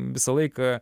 visą laiką